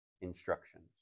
instructions